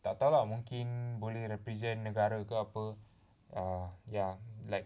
tak tahu lah mungkin boleh represent negara ke apa err ya like